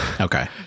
Okay